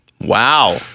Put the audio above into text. Wow